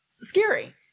scary